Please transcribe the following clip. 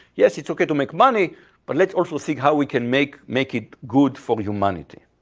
yes, it's okay to make money but let's also see how we can make make it good for humanity.